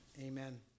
amen